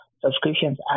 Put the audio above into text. subscriptions